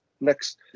next